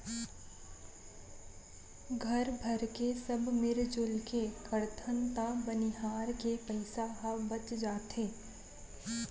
घर भरके सब मिरजुल के करथन त बनिहार के पइसा ह बच जाथे